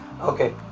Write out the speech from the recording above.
okay